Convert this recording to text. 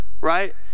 Right